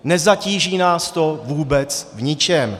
Nezatíží nás to vůbec v ničem.